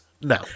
No